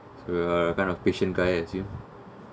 so you're kind of patience guy as you